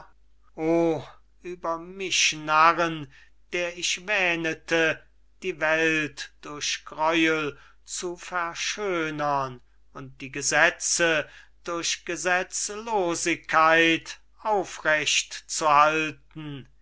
über mich narren der ich wähnete die welt durch greuel zu verschönern und die gesetze durch gesetzlosigkeit aufrecht zu halten